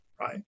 right